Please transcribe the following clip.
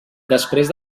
després